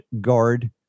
guard